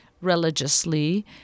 religiously